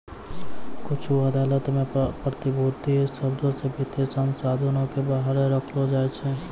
कुछु अदालतो मे प्रतिभूति शब्दो से वित्तीय साधनो के बाहर रखलो जाय छै